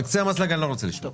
על קצה המזלג אני לא רוצה לשמוע.